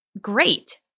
great